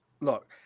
Look